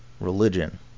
religion